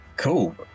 Cool